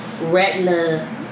retina